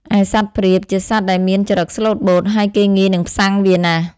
ឯសត្វព្រាប ជាសត្វដែលមានចរិតស្លូតបូត ហើយគេងាយនិងផ្សាំងវាណាស់។